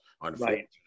unfortunately